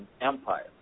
Empire